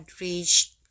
reached